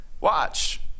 Watch